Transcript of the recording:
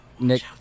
Nick